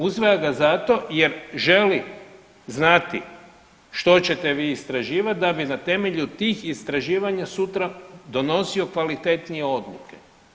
Usvaja ga zato jer želi znati što ćete vi istraživati da bi na temelju tih istraživanja sutra donosio kvalitetnije odluke.